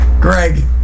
Greg